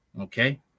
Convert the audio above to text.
okay